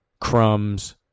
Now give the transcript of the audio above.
crumbs